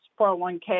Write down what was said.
401k